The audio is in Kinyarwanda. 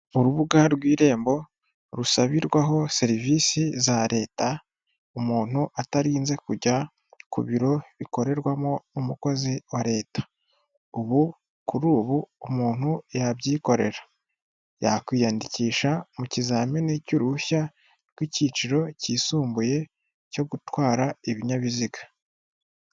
Urubuga rw'irembo rusabirwaho serivisi za leta, umuntu atarinze kujya ku biro bikorerwamo n'umukozi wa leta. Ubu kuri ubu umuntu yabyikorera. Yakwiyandikisha mu kizamini cy'uruhushya rw'icyiciro cyisumbuye cyo gutwara ibinyabiziga.